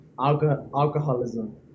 alcoholism